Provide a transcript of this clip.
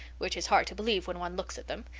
which is hard to believe when one looks at them.